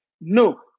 no